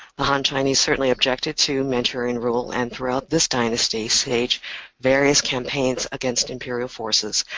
the yuan chinese certainly objected to manchurian rule and throughout this dynasty staged various campaigns against imperial forces.